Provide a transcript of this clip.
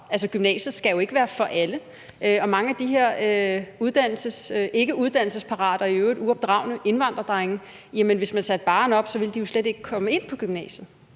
gymnasiet skal jo ikke være for alle, og mange af de her ikkeuddannelsesparate og i øvrigt uopdragne indvandrerdrenge ville jo, hvis man satte barren op, slet ikke komme ind på gymnasiet.